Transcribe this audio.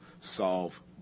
solve